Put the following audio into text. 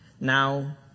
Now